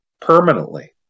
permanently